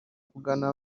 kugana